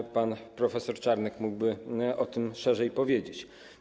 Pewnie pan prof. Czarnek mógłby o tym szerzej powiedzieć.